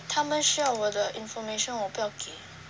他们需要我的 information 我不要给